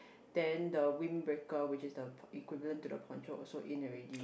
then the windbreaker which is the equivalent to the poncho also in already